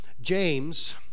James